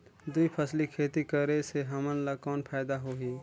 दुई फसली खेती करे से हमन ला कौन फायदा होही?